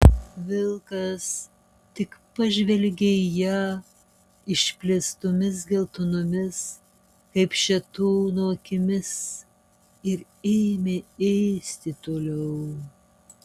vilkas tik pažvelgė į ją išplėstomis geltonomis kaip šėtono akimis ir ėmė ėsti toliau